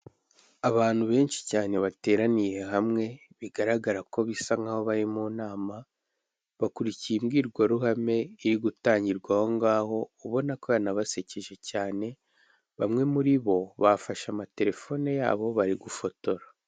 Abantu benshi cyane bateraniye hamwe, bigaragara ko bisa nkaho bari mu nama, bakurikiye imbwirwaruhame iri gutangirwa aho ngaho, ubona ko yanabasekeje cyane, bamwe muri bo bafashe amaterefone yabo bari gufotora.